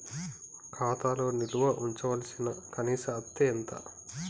ఖాతా లో నిల్వుంచవలసిన కనీస అత్తే ఎంత?